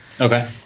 Okay